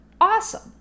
Awesome